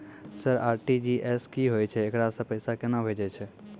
Sir RTGS की होय छै, एकरा से पैसा केना भेजै छै?